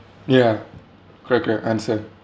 ya correct correct I understand